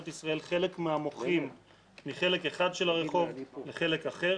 ישראל חלק מהמוחים מחלק אחד של הרחוב לחלק אחר